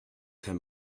him